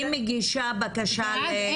היא מגישה בקשה ל- ואז,